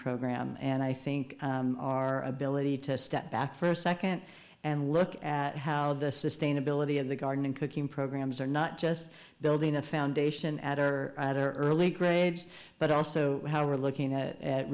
program and i think our ability to step back for a second and look at how the sustainability of the garden and cooking programs are not just building a foundation at or rather early grades but also how are looking at